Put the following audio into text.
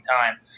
time